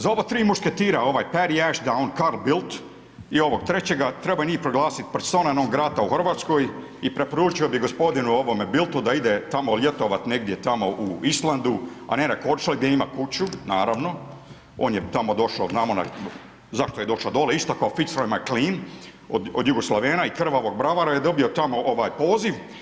Za ova tri mušketira ovaj ... Carl Bildt i ovog trećega treba njih proglasiti persona non grata u Hrvatskoj i preporučio bih gospodinu ovome Bildtu da ide tamo ljetovati negdje tamo u Islandu a ne na Korčuli gdje ima kuću, naravno, on je tamo došao znamo zašto je došao dole isto kao ... od Jugoslavena i krvavog bravara je dobio tamo poziv.